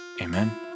Amen